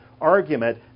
argument